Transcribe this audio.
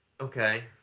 Okay